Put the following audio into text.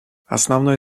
основной